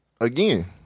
again